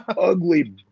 ugly